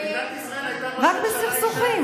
רק בסכסוכים.